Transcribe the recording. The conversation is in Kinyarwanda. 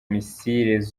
missiles